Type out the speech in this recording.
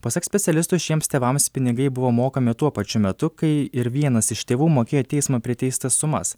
pasak specialistų šiems tėvams pinigai buvo mokami tuo pačiu metu kai ir vienas iš tėvų mokėjo teismo priteistas sumas